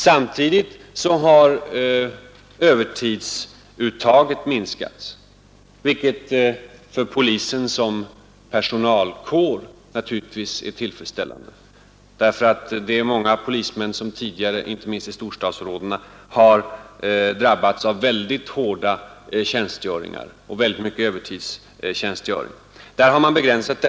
Samtidigt har övertidsuttaget minskat, vilket för polisen som personalkår naturligtvis är tillfredsställande, eftersom många polismän, inte minst i storstadsområdena, tidigare drabbats av mycket hårda tjänstgöringar med mycket övertid. Dessa har man begränsat.